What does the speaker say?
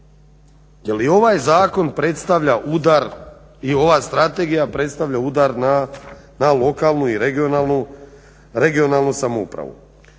Jer i ovaj zakon predstavlja udar i ova strategija predstavlja udar na lokalnu i regionalnu samoupravu.